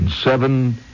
seven